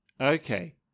Okay